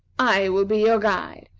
i will be your guide.